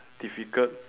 difficult